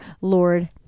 lord